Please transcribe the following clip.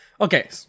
Okay